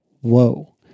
Whoa